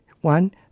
One